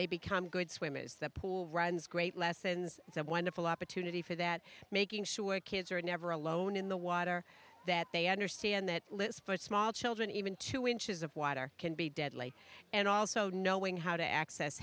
they become good swimmers that pool runs great lessons it's a wonderful opportunity for that making sure kids are never alone in the water that they understand that list for small children even two inches of water can be deadly and also knowing how to access